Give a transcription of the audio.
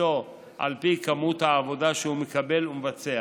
הכנסתו על פי כמות העבודה שהוא מקבל ומבצע,